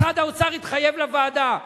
משרד האוצר התחייב לוועדה.